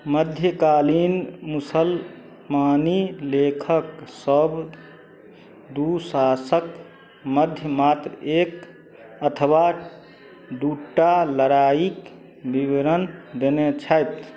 मध्यकालीन मुसलमानी लेखक सभ दू शासक मध्यमात्र एक अथवा दूटा लड़ाइक विवरण देने छथि